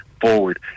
forward